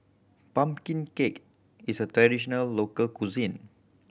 pumpkin cake is a traditional local cuisine